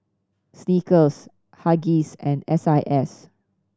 Snickers Huggies and S I S